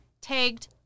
tagged